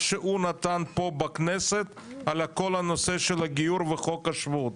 מה שהוא נתן פה בכנסת על כל נושא הגיור וחוק השבות,